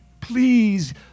Please